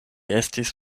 estis